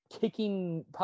kicking